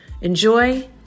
Enjoy